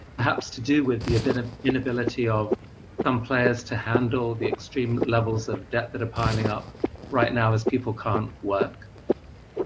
perhaps to do with the ah inability of some players to handle the extreme levels of debt that are piling up right now, as people can't work?